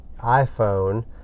iPhone